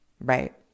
Right